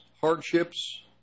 hardships